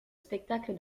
spectacle